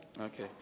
okay